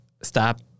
stop